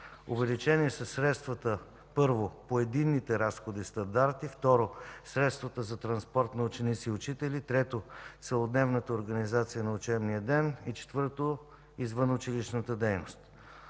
Увеличени са средствата: 1. по единните разходни стандарти; 2. средствата за транспорт на ученици и учители; 3. целодневната организация на учебния ден; 4. извънучилищната дейност.